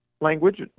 language